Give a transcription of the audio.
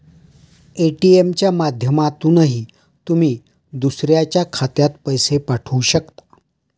ATM च्या माध्यमातूनही तुम्ही दुसऱ्याच्या खात्यात पैसे पाठवू शकता